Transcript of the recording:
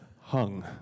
Hung